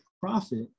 profit